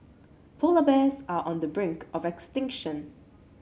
polar bears are on the brink of extinction